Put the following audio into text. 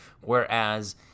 Whereas